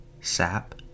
sap